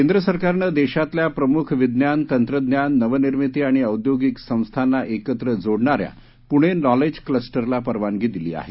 केंद्र सरकारनं देशातल्या प्रमुख विज्ञान तंत्रज्ञान नवनिर्मिती आणि औद्योगिक संस्थांना एकत्र जोडणाऱ्या पुणे नॉलेज क्लस्टरला परवानगी दिली आहे